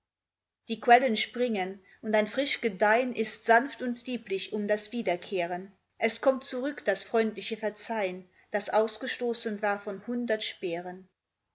die quellen springen und ein frisch gedeihn ist sanft und lieblich um das wiederkehren es kommt zurück das freundliche verzeihn das ausgestoßen war von hundert speeren